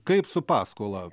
kaip su paskola